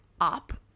up